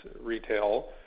retail